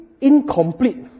incomplete